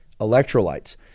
electrolytes